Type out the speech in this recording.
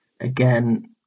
again